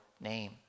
name